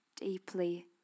deeply